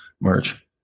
merch